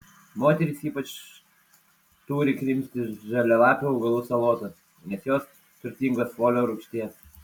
moterys ypač turi krimsti žalialapių augalų salotas nes jos turtingos folio rūgšties